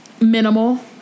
minimal